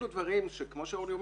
אלה דברים שכמו שאורלי אומרת,